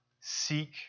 Seek